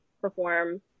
perform